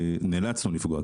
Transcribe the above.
נאלצנו לפגוע,